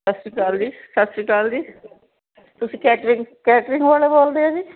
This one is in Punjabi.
ਸਤਿ ਸ਼੍ਰੀ ਅਕਾਲ ਜੀ ਸਤਿ ਸ਼੍ਰੀ ਅਕਾਲ ਜੀ ਤੁਸੀਂ ਕੈਟਰਿੰਗ ਕੈਟਰਿੰਗ ਵਾਲੇ ਬੋਲਦੇ ਹੋ ਜੀ